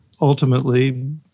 ultimately